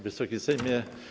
Wysoki Sejmie!